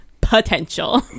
potential